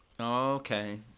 Okay